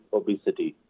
obesity